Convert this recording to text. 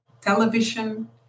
television